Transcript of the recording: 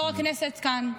סגן יו"ר הכנסת כאן,